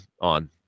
on